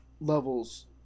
levels